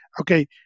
okay